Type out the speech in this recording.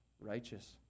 righteous